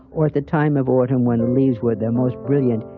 or at the time of autumn when the leaves were the most brilliant,